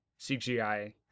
CGI